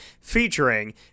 featuring